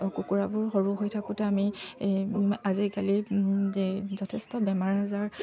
কুকুৰাবোৰ সৰু হৈ থাকোঁতে আমি আজিকালি এই যথেষ্ট বেমাৰো আজাৰ